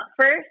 First